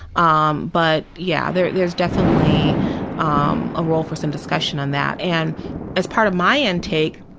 um but yeah, there there is definitely um a role for some discussion on that. and as part of my intake,